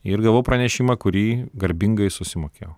ir gavau pranešimą kurį garbingai susimokėjau